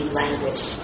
language